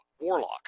warlock